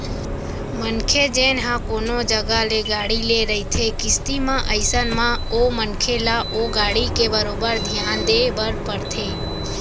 मनखे जेन ह कोनो जघा ले गाड़ी ले रहिथे किस्ती म अइसन म ओ मनखे ल ओ गाड़ी के बरोबर धियान देय बर परथे